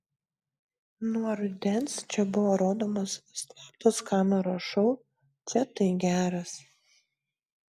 nuo rudens čia buvo rodomas slaptos kameros šou čia tai geras